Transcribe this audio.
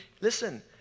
Listen